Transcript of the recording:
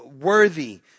worthy